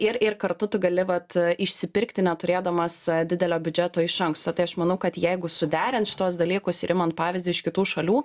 ir ir kartu tu gali vat išsipirkti neturėdamas didelio biudžeto iš anksto tai aš manau kad jeigu suderint šituos dalykus ir imant pavyzdį iš kitų šalių